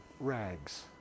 Rags